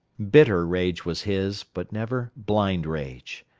bitter rage was his, but never blind rage.